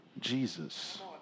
Jesus